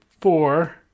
four